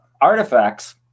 artifacts